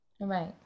right